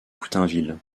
coutainville